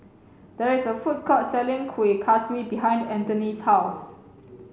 there is a food court selling kuih kaswi behind Anthony's house